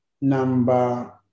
Number